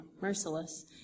merciless